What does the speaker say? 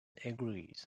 agrees